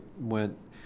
went